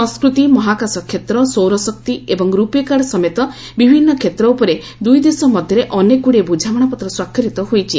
ସଂସ୍କୃତି ମହାକାଶ କ୍ଷେତ୍ର ସୌରଶକ୍ତି ଏବଂ ରୂପେ କାର୍ଡ ସମେତ ବିଭିନ୍ନ କ୍ଷେତ୍ର ଉପରେ ଦୁଇ ଦେଶ ମଧ୍ୟରେ ଅନେକଗୁଡ଼ିଏ ବୁଝାମଣାପତ୍ର ସ୍ୱାକ୍ଷରିତ ହୋଇଛି